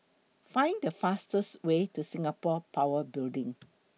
Find The fastest Way to Singapore Power Building